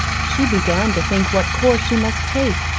she began to think what course she must take,